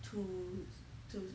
to to